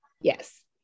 yes